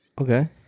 Okay